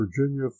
Virginia